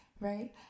right